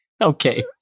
Okay